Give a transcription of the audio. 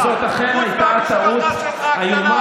וזאת אכן הייתה טעות איומה,